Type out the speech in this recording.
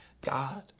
God